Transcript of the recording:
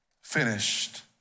finished